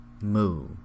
moo